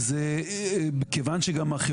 יכול להיות שאם אחד או שניים או שלושה מבינים